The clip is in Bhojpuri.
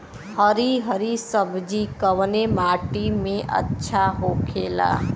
हरी हरी सब्जी कवने माटी में अच्छा होखेला?